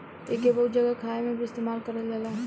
एइके बहुत जगह खाए मे भी इस्तेमाल करल जाला